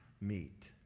meet